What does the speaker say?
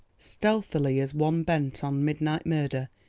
stealthily as one bent on midnight murder,